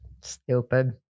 Stupid